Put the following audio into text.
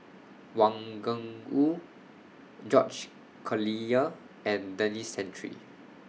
Wang Gungwu George Collyer and Denis Santry